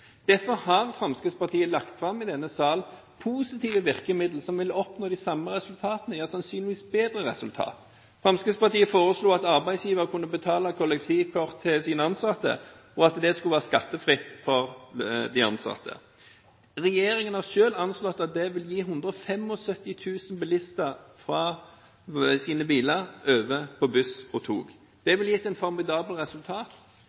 Derfor har Fremskrittspartiet lagt fram i denne sal positive virkemidler som vil oppnå de samme resultatene, sannsynligvis bedre resultater. Fremskrittspartiet foreslo at arbeidsgiveren kunne betale kollektivkort til sine ansatte, og at det skulle være skattefritt for dem. Regjeringen har selv anslått at det ville flytte 175 000 bilister fra bil til buss og tog. Det ville gitt et formidabelt resultat.